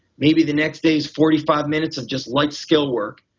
maybe the next day is forty five minutes of just light scale work.